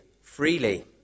freely